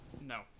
No